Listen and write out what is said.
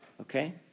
Okay